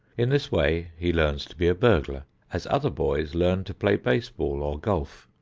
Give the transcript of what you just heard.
in this way he learns to be a burglar as other boys learn to play baseball or golf.